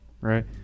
right